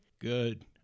Good